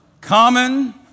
Common